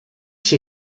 się